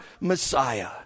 Messiah